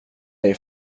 dig